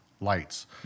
lights